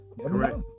correct